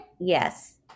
Yes